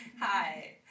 Hi